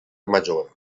major